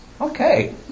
Okay